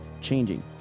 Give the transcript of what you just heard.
changing